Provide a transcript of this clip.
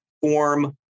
form